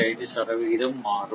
5 மாறும்